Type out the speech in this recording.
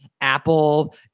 Apple